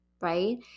right